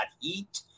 heat